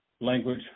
language